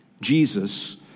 Jesus